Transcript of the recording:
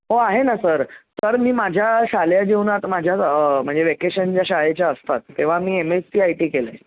हो आहे ना सर सर मी माझ्या शालेय जीवनात माझ्या म्हणजे वॅकेशन ज्या शाळेच्या असतात तेव्हा मी M S C I T केलं आहे